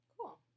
Cool